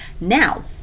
Now